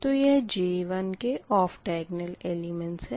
तो यह J1 के ऑफ़ द्य्ग्न्ल एलिमेंट्स है